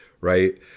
right